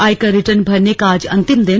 आयकर रिटर्न भरने का आज अंतिम दिन